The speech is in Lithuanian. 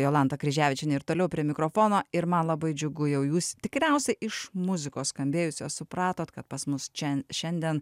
jolanta kryževičienė ir toliau prie mikrofono ir man labai džiugu jau jūs tikriausia iš muzikos skambėjusios supratot kad pas mus čia šiandien